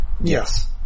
Yes